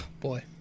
boy